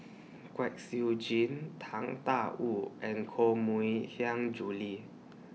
Kwek Siew Jin Tang DA Wu and Koh Mui Hiang Julie